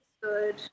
good